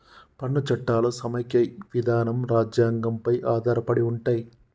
పన్ను చట్టాలు సమైక్య విధానం రాజ్యాంగం పై ఆధారపడి ఉంటయ్